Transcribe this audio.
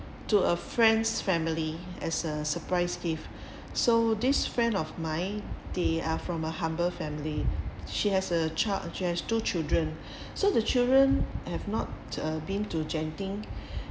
to a friend's family as a surprise gift so this friend of mine they are from a humble family she has a child she has two children so the children have not uh been to genting